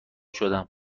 شدم